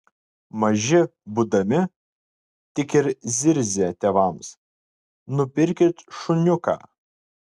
maži būdami tik ir zirzia tėvams nupirkit šuniuką